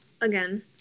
Again